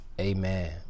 Amen